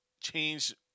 change